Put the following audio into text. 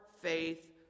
faith